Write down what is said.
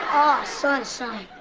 sunshine.